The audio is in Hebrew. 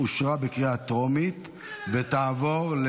אושרה בקריאה טרומית ותעבור,